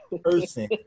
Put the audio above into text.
person